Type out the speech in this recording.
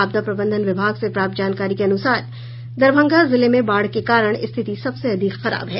आपदा प्रबंधन विभाग से प्राप्त जानकारी के अनुसार दरभंगा जिले में बाढ़ के कारण स्थिति सबसे अधिक खराब है